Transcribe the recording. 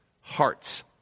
hearts